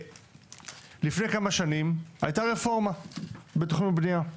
לפני כמה שנים הייתה רפורמה בתכנון ובנייה,